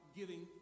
giving